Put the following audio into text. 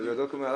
אבל זה על הפנים,